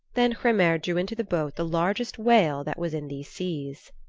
then hrymer drew into the boat the largest whale that was in these seas.